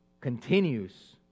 continues